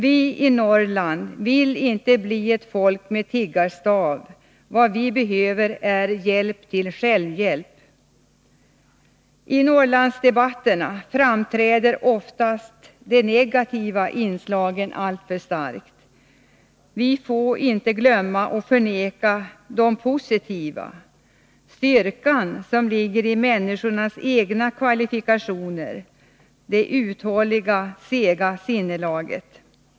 Vi i Norrland vill inte bli ett folk med tiggarstav. Vad vi behöver är hjälp till självhjälp. I Norrlandsdebatter framträder oftast de negativa inslagen alltför starkt. Vi får inte glömma och förneka de positiva, den styrka som ligger i människornas egna kvalifikationer, det uthålliga och sega sinnelaget.